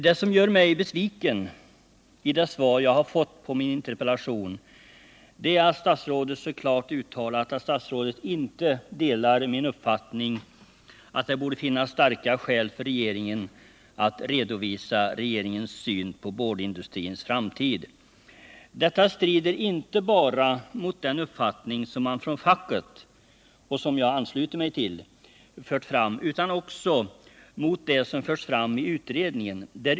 Det som gör mig besviken i det svar jag har fått på min interpellation är att statsrådet så klart uttalat att han inte delar min uppfattning att det borde finnas starka skäl för regeringen att redovisa sin syn på boardindustrins framtid. Detta strider inte bara mot den uppfattning som framförts av facket och som jag ansluter mig till utan också mot vad som förts fram i utredningen.